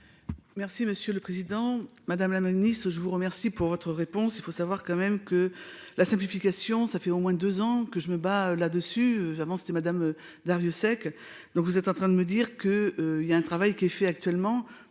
Merci monsieur le président, madame la ministre, je vous remercie pour votre réponse. Il faut savoir quand même que la simplification. Ça fait au moins deux ans que je me bats là-dessus. Avant c'était madame Darrieussecq. Donc vous êtes en train de me dire que il y a un travail qui est fait actuellement.